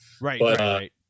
right